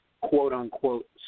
quote-unquote